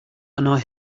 annoy